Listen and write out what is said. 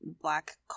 black